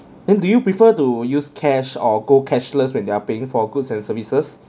then do you prefer to use cash or go cashless when they're paying for goods and services